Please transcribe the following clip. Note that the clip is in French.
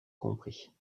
compris